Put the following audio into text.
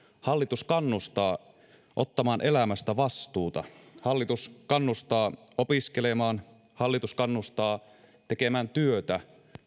hallitus kannustaa ottamaan elämästä vastuuta hallitus kannustaa opiskelemaan hallitus kannustaa tekemään työtä